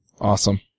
Awesome